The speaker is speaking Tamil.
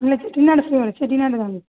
இல்லை செட்டிநாடு சு செட்டிநாடு தான்